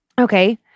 Okay